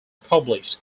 published